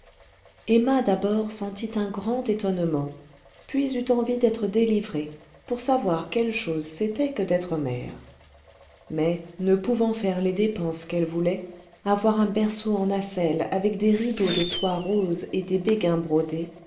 emma d'abord sentit un grand étonnement puis eut envie d'être délivrée pour savoir quelle chose c'était que d'être mère mais ne pouvant faire les dépenses qu'elle voulait avoir un berceau en nacelle avec des rideaux de soie rose et des béguins brodés